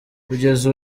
kugeza